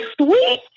sweet